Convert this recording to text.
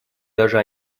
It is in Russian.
даже